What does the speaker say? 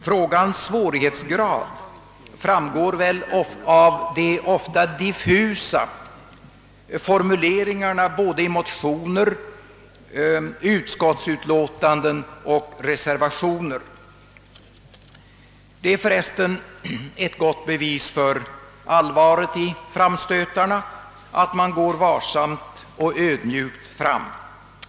Frågans svårighetsgrad framgår väl av de ofta diffusa formuleringarna i motioner, utskottsutlåtanden och reservationer. Det är förresten ett gott bevis för allvaret i framstötarna att man går varsamt och ödmjukt fram.